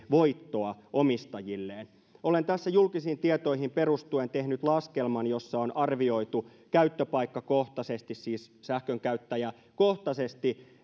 voittoa omistajilleen olen tässä julkisiin tietoihin perustuen tehnyt laskelman jossa on arvioitu käyttöpaikkakohtaisesti siis sähkönkäyttäjäkohtaisesti